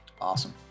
Awesome